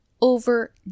over